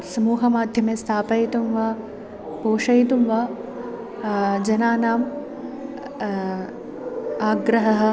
समूहमाध्यमे स्थापयितुं वा पोषयितुं वा जनानाम् आग्रहः